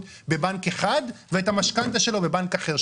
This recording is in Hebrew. בבנק אחד ואת המשכנתא שלו בבנק אחר,